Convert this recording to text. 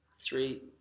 three